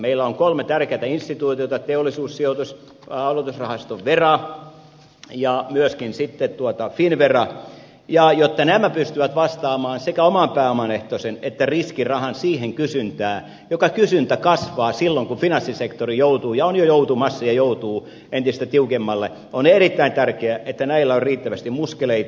meillä on kolme tärkeätä instituutiota teollisuussijoitus aloitusrahastoyhtiö vera ja myöskin sitten finnvera ja jotta nämä pystyvät vastaamaan sekä oman pääomaehtoisen että riskirahan siihen kysyntään joka kasvaa silloin kun finanssisektori joutuu ja on jo joutumassa ja joutuu entistä tiukemmalle on erittäin tärkeää että näillä on riittävästi muskeleita